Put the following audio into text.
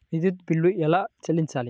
విద్యుత్ బిల్ ఎలా చెల్లించాలి?